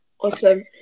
Awesome